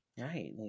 right